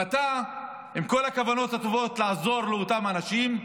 ואתה, עם כל הכוונות הטובות לעזור לאותם אנשים,